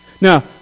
Now